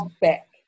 back